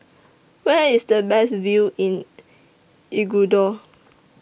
Where IS The Best View in Ecuador